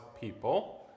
people